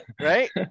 Right